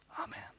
Amen